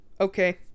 Okay